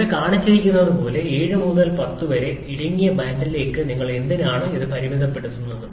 ഇവിടെ കാണിച്ചിരിക്കുന്നതുപോലെ 7 മുതൽ 10 വരെ പോലുള്ള ഇടുങ്ങിയ ബാൻഡിലേക്ക് നിങ്ങൾ എന്തിനാണ് ഇത് പരിമിതപ്പെടുത്തുന്നത്